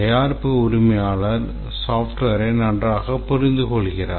தயாரிப்பு உரிமையாளர் மென்பொருளை நன்றாக புரிந்துகொள்கிறார்